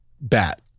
bat